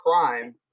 crime